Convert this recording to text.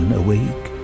awake